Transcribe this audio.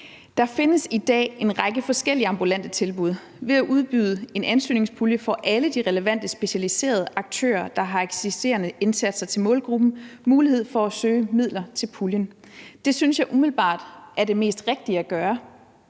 Der findes i dag en række forskellige ambulante tilbud. Ved at udbyde en ansøgningspulje får alle de relevante specialiserede aktører, der har eksisterende indsatser for målgruppen, mulighed for at søge midler fra puljen. Det synes jeg umiddelbart er det mest rigtige at gøre.